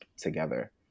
together